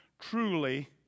truly